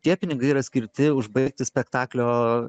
tie pinigai yra skirti užbaigti spektaklio